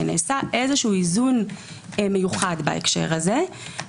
ונעשה איזשהו איזון מיוחד בהקשר הזה.